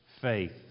faith